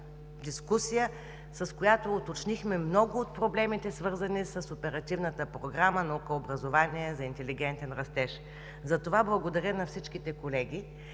дискусия, с която уточнихме много от проблемите, свързани с Оперативната програма „Наука и образование за интелигентен растеж“. Затова благодаря на всички колеги